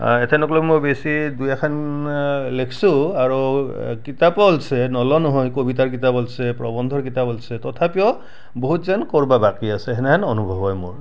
আ এথেনলৈকে মোৰ বেছি দুই এখন লিখিছোঁ আৰু কিতাপ ওলাইছে নোলোৱা নহয় কবিতাৰ কিতাপ ওলাইছে প্ৰবন্ধৰ কিতাপ ওলাইছে তথাপিও বহুত যেন কৰিব বাকী আছে সেনেহেন অনুভৱ হয় মোৰ